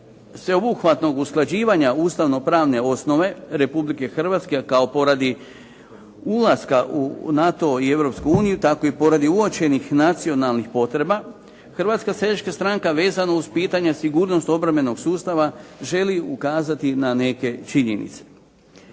sveobuhvatnog usklađivanja ustavno-pravne osnove Republike Hrvatske kao poradi ulaska u NATO i Europsku uniju, tako i pored uočenih nacionalnih potreba, Hrvatska seljačka stranka vezano uz pitanje sigurnosti obrambenog sustava želi ukazati na neke činjenice.